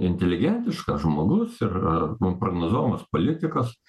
inteligentiškas žmogus ir prognozuojamas politikas